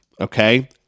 Okay